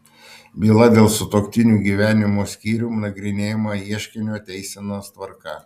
byla dėl sutuoktinių gyvenimo skyrium nagrinėjama ieškinio teisenos tvarka